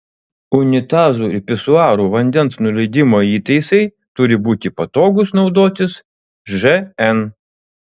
unitazų ir pisuarų vandens nuleidimo įtaisai turi būti patogūs naudotis žn